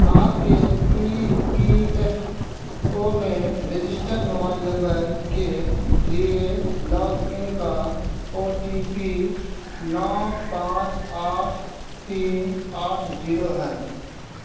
آپ کے EPFO میں رجسٹر موبائل نمبر کے لیے لاگ ان کا او ٹی پی نو پانچ آٹھ تین آٹھ جیرو ہے